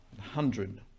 hundred